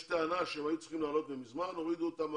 יש טענה שהם היו צריכים לעלות מזמן וכי הורידו אותם מהמטוס.